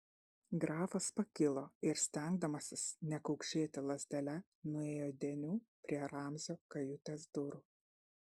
grafas pakilo ir stengdamasis nekaukšėti lazdele nuėjo deniu prie ramzio kajutės durų